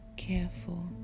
Careful